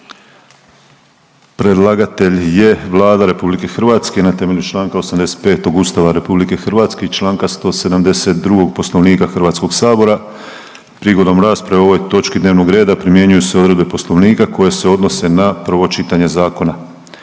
Predlagatelj je Vlada RH na temelju Članka 85. Ustava RH i Članka 172. Poslovnika Hrvatskog sabora. Prigodom rasprave o ovoj točki dnevnog reda primjenjuju se odredbe Poslovnika koje se odnose na prvo čitanje zakona.